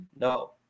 No